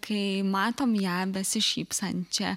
kai matom ją besišypsančią